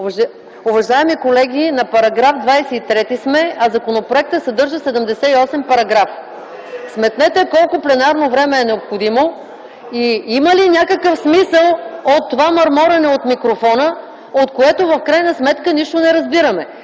Уважаеми колеги, сега сме на § 23, а законопроектът съдържа 78 параграфа. Сметнете колко пленарно време е необходимо и има ли някакъв смисъл от това мърморене от микрофона, от което в крайна сметка не разбираме